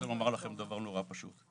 אני רוצה לומר לכם דבר נורא פשוט: